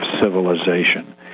civilization